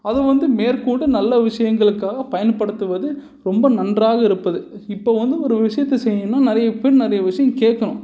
அதுவும் வந்து மேற்கொண்டு நல்ல விஷயங்களுக்காக பயன்படுத்துவது ரொம்ப நன்றாக இருப்பது இப்போ வந்து ஒரு விஷயத்தை செய்யணும்னா நிறைய பேர் நிறையா விஷயம் கேட்கணும்